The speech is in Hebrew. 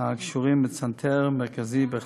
הקשורים לצנתר מרכזי, כמה?